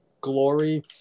glory